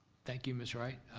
thank you, miss wright.